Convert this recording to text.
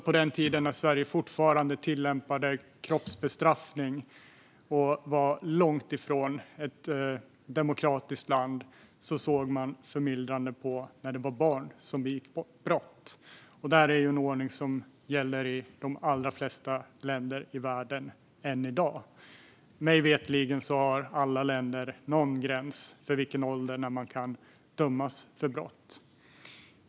På den tiden när Sverige fortfarande tillämpade kroppsbestraffning och var långt ifrån ett demokratiskt land såg man det alltså som förmildrande när det var barn som begick brott. Det här är en ordning som gäller i de allra flesta länder i världen än i dag. Mig veterligen har alla länder någon gräns för vid vilken ålder man kan dömas för brott.